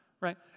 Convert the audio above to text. right